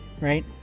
right